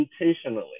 intentionally